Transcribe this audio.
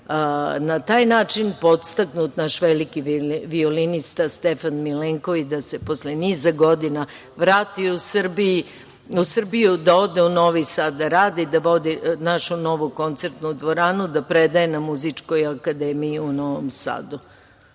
na taj način podstaknut naš veliki violinista Stefan Milenković, da se posle niza godina vrati u Srbiju, da ode u Novi Sad da radi, da vodi našu novu koncertnu dvoranu, da predaje na Muzičkoj akademiji u Novom Sadu.